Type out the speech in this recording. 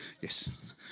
Yes